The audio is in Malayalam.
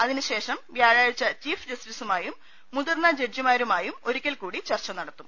അതിനുശേഷം വ്യാഴാഴ്ച ചീഫ് ജസ്റ്റിസുമായും മുതിർന്ന ജഡ്ജിമാരുമായും ഒരിക്കൽ കൂടി ചർച്ച നടത്തും